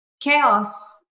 chaos